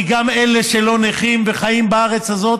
כי גם אלה שלא נכים וחיים בארץ הזאת